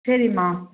சரிம்மா